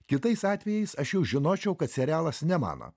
kitais atvejais aš jau žinočiau kad serialas ne mano